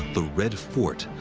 the red fort,